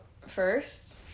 first